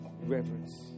reverence